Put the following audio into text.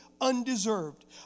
undeserved